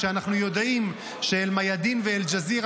כשאנחנו יודעים שאל-מיאדין ואל-ג'זירה,